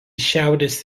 šiaurės